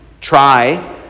try